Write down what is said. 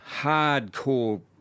hardcore